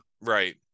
Right